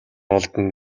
олдоно